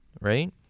right